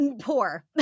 Poor